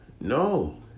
No